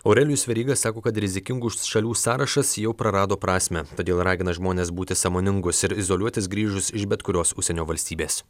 aurelijus veryga sako kad rizikingų šalių sąrašas jau prarado prasmę todėl ragina žmones būti sąmoningus ir izoliuotis grįžus iš bet kurios užsienio valstybės